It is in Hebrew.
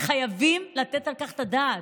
חייבים לתת על כך את הדעת.